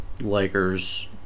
Lakers